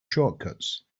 shortcuts